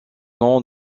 nom